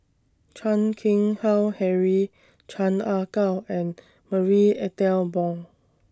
Chan Keng Howe Harry Chan Ah Kow and Marie Ethel Bong